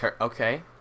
Okay